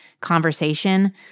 conversation